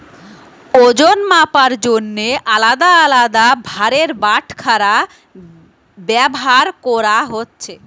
ওজন মাপার জন্যে আলদা আলদা ভারের বাটখারা ব্যাভার কোরা হচ্ছে